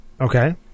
Okay